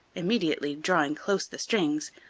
immediately drawing close the strings,